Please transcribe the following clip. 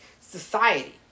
society